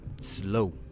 slow